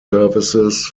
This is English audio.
services